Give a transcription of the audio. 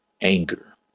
anger